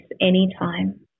anytime